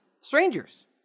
strangers